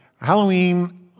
Halloween